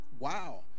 Wow